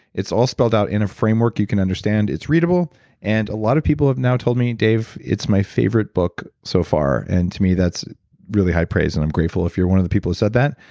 it's all spelled out in a framework you can understand it's readable and a lot of people have now told me, dave, it's my favorite book so far. and to me, that's really high praise and i'm grateful if you're one of the people who said that.